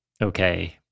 okay